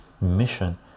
mission